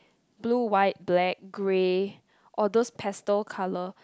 blue white black grey or those pastel colour